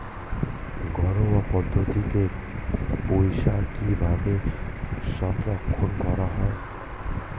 ঘরোয়া পদ্ধতিতে পুই শাক কিভাবে সংরক্ষণ করা হয়?